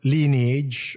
Lineage